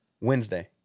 Wednesday